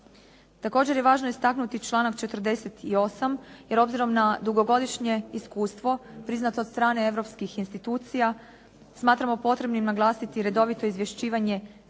Također je važno istaknuti članak 48. jer obzirom na dugogodišnje iskustvo priznato od strane europskih institucija smatramo potrebnih naglasiti i redovito izvješćivanje svih